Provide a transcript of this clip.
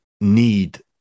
need